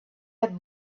had